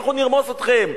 אנחנו נרמוס אתכם,